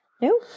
No